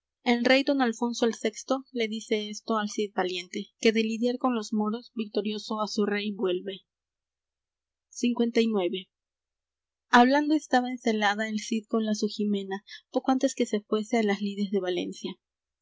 el rey don alfonso el sexto le dice esto al cid valiente que de lidiar con los moros victorioso á su rey vuelve lix fablando estaba en celada el cid con la su jimena poco antes que se fuése á las lides de valencia